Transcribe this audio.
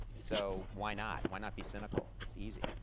so why not? why not be cynical? it's easy.